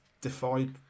defied